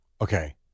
Okay